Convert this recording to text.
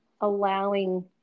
allowing